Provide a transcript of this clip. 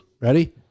Ready